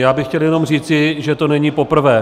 Já bych chtěl jenom říci, že to není poprvé.